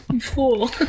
fool